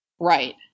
Right